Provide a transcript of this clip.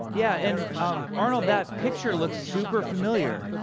yeah, and, um arnold, that picture looks super familiar.